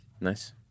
Nice